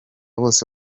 bose